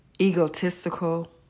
egotistical